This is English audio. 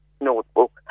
notebook